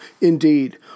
Indeed